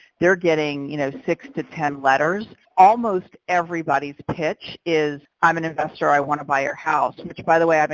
they're getting, you know, six to ten letters, almost everybody's pitch is i'm an investor, i want to buy your house, which by the way, but